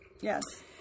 Yes